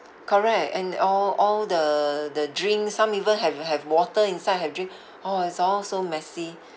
correct and all all the the drink some even have have water inside have drink !ow! is all so messy